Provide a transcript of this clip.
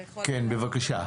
בבקשה.